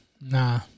nah